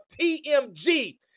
TMG